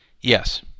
Yes